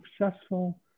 successful